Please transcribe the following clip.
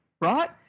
Right